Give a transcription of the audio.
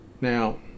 now